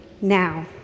now